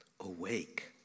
awake